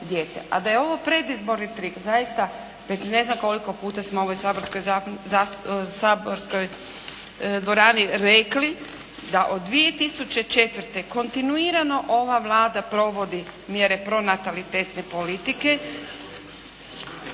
A da je ovo predizborni trik, zaista već ne znam koliko puta smo u ovoj saborskoj dvorani rekli da od 2004. kontinuirano ova Vlada provodi mjere pronatalitetne politike,